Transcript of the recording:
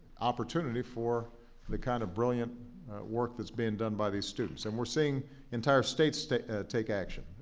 opportunity for the kind of brilliant work that's being done by these students. and we're seeing entire states states take action.